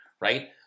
right